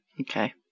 Okay